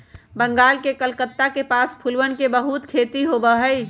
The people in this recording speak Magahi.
बंगाल के कलकत्ता के पास फूलवन के बहुत खेती होबा हई